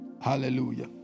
Hallelujah